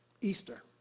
Easter